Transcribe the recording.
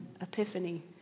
epiphany